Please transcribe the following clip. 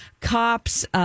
cops